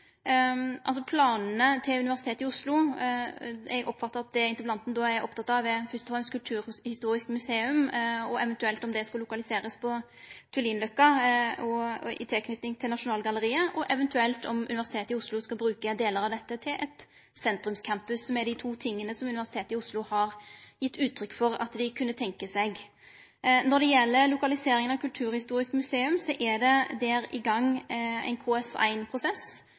Eg oppfattar at det interpellanten først og fremst er oppteken av, er Kulturhistorisk museum og om det skal lokaliserast på Tullinløkka i tilknyting til Nasjonalgalleriet, eller eventuelt om Universitetet i Oslo skal bruke delar av dette til ein sentrum campus, som er dei to tinga som Universitetet i Oslo har gitt uttrykk for at dei kunne tenkje seg. Når det gjeld lokaliseringa av Kulturhistorisk museum, er det der i gang ein